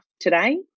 today